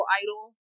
idol